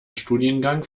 studiengang